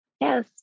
Yes